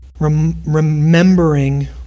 remembering